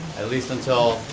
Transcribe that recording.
at least until,